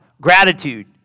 Gratitude